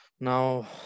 now